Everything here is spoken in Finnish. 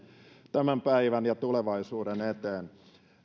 tämän päivän ja tulevaisuuden eteen